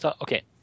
Okay